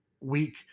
week